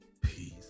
Peace